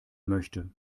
möchte